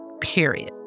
Period